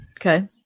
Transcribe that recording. Okay